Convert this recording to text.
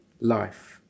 life